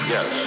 Yes